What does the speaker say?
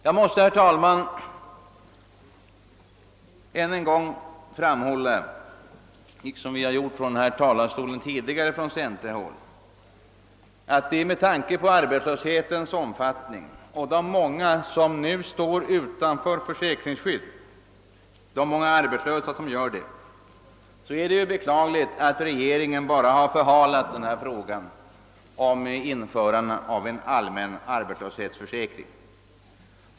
Jag måste, herr talman, än en gång framhålla — liksom vi inom centerpartiet gjort från denna talarstol tidigare — att det med tanke på arbetslöshetens omfattning och de många arbetslösa som nu står utanför försäkringsskydd är beklagligt att regeringen bara förhalat frågan om införande av en allmän arbetslöshetsförsäkring.